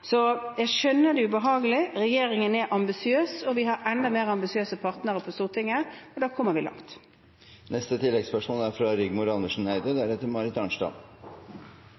Jeg skjønner det er ubehagelig. Regjeringen er ambisiøs. Vi har enda mer ambisiøse partnere på Stortinget, og da kommer vi langt. Rigmor Andersen Eide